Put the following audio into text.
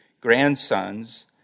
grandsons